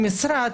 משרד,